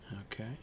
Okay